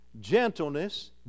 gentleness